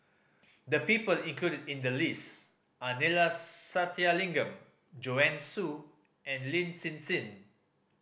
the people included in the list are Neila Sathyalingam Joanne Soo and Lin Hsin Hsin